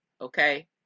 okay